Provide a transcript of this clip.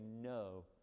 no